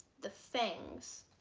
the things